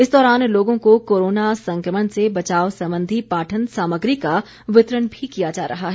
इस दौरान लोगों को कोरोना संक्रमण से बचाव संबंधी पाठन सामग्री का वितरण भी किया जा रहा है